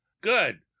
Good